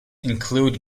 include